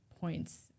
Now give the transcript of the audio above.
points